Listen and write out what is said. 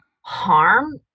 harm